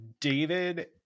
David